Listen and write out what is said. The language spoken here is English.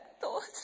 thoughts